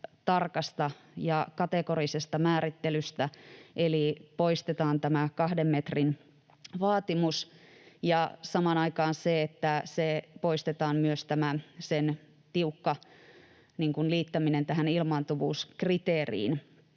tarkasta ja kategorisesta määrittelystä eli poistetaan tämä kahden metrin vaatimus ja samaan aikaan poistetaan myös sen tiukka liittäminen tähän ilmaantuvuuskriteeriin.